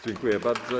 Dziękuję bardzo.